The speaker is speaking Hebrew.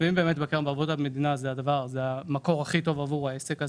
אם הקרן לערבות מדינה זה המקור הכי טוב עבור העסק,